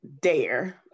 Dare